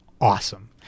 awesome